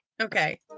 Okay